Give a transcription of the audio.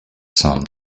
son